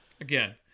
Again